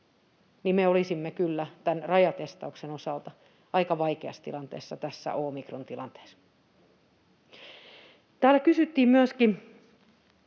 niin me olisimme kyllä tämän rajatestauksen osalta aika vaikeassa tilanteessa tässä omikron-tilanteessa. Täällä kysyttiin myöskin